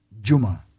Juma